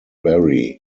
vary